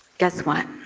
guess what?